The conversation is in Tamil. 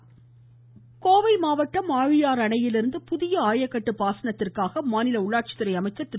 வேலுமணி ஆழியாறு கோவை மாவட்டம் ஆழியாறு அணையிலிருந்து புதிய ஆயக்கட்டு பாசனத்திற்காக தண்ணீரை மாநில உள்ளாட்சித்துறை அமைச்சர் திரு